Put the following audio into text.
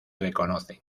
reconocen